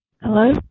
Hello